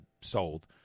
sold